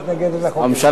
הממשלה מתנגדת.